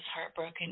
heartbroken